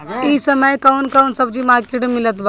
इह समय कउन कउन सब्जी मर्केट में मिलत बा?